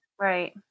Right